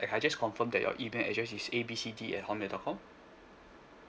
can I just confirm that your email address is A B C D at hotmail dot com